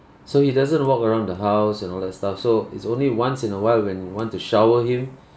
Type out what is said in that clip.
so he doesn't walk around the house and all that stuff so it's only once in a while when we want to shower him